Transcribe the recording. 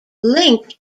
link